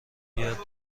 یاد